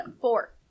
four